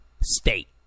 State